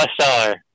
bestseller